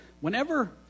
whenever